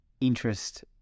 interest